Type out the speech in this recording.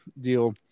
deal